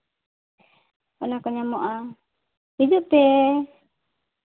ᱚᱱᱟ ᱠᱚ ᱧᱟᱢᱚᱜᱼᱟ ᱦᱤᱡᱩᱜ ᱯᱮ